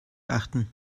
achten